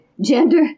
gender